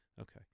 Okay